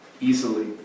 easily